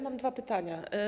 Mam dwa pytania.